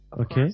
Okay